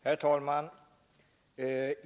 Herr talman!